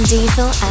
Diesel